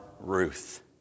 Ruth